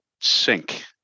sink